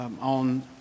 on